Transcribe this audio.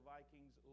Vikings